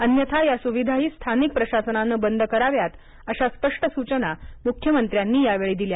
अन्यथा त्या सुविधाही स्थानिक प्रशासनानं बंद कराव्यात अशा स्पष्ट सुचना मुख्यमंत्र्यांनी यावेळी दिल्या